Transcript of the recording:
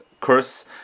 curse